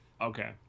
okay